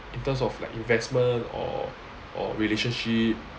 in terms of like investment or or relationship